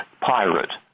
pirate